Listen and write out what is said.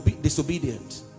disobedient